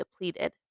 depleted